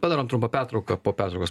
padarom trumpą pertrauką po pertraukos